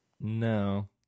No